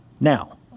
Now